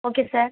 okay sir